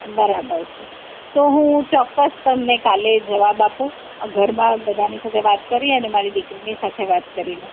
બરાબર છે તો હું ચોક્કસ તમને કાલે જવાબ આપું ઘરમાં બધાની સાથે વાત કરી અને મારી દીકરીની સાથે વાત કરીને